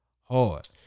hard